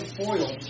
foil